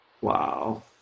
wow